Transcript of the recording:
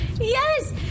Yes